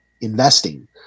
Investing